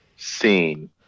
Seen